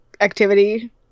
activity